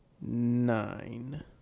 Nine